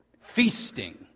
Feasting